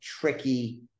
tricky